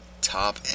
Top